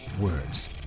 words